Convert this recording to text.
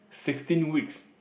sixteen weeks